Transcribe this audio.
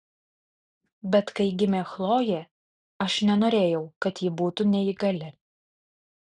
bet kai gimė chlojė aš nenorėjau kad ji būtų neįgali